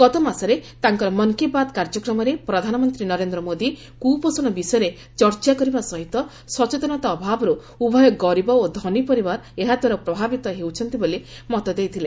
ଗତମାସରେ ତାଙ୍କର ମନ୍ କୀ ବାତ୍ କାର୍ଯ୍ୟକ୍ରମରେ ପ୍ରଧାନମନ୍ତ୍ରୀ ନରେନ୍ଦ୍ର ମୋଦି କ୍ରପୋଷଣ ବିଷୟରେ ଚର୍ଚ୍ଚା କରିବା ସହିତ ସଚେତନତା ଅଭାବର୍ତ୍ତ ଉଭୟ ଗରିବ ଓ ଧନୀ ପରିବାର ଏହାଦ୍ୱାରା ପ୍ରଭାବିତ ହେଉଛନ୍ତି ବୋଲି ମତ ଦେଇଥିଲେ